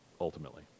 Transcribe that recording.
ultimately